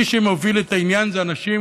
מי שמוביל את העניין זה אנשים,